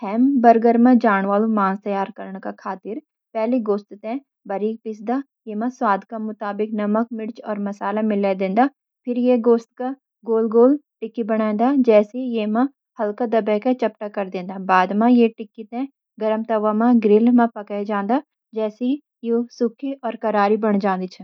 हैमबर्गर मा जाण वाला मांस त्यार करणा खातिर पहले गोश्त ने बारिक पीसदां। इसमा स्वाद मुताबिक नमक, मिर्च और मसाला मिला दिंदां। फिर इस गोश्त का गोल-गोल टिक्की बणाइंदां, जैतकि इन ने हल्का दबाके चपटो कर दिंदां। बाद मा यी टिक्की ने गरम तवे या ग्रिल मा पकाया जांद, जैतकि यी सुन्नी और करारी बण जांद छ।